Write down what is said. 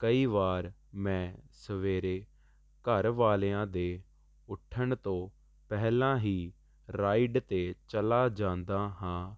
ਕਈ ਵਾਰ ਮੈਂ ਸਵੇਰੇ ਘਰ ਵਾਲਿਆਂ ਦੇ ਉੱਠਣ ਤੋਂ ਪਹਿਲਾਂ ਹੀ ਰਾਈਡ 'ਤੇ ਚਲਾ ਜਾਂਦਾ ਹਾਂ